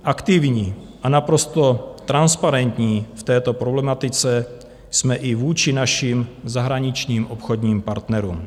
Aktivní a naprosto transparentní v této problematice jsme i vůči našim zahraničním obchodním partnerům.